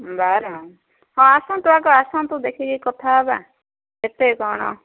ବାର ହଁ ଆସନ୍ତୁ ଆଗ ଆସନ୍ତୁ ଦେଖିକି କଥା ହେବା କେତେ କ'ଣ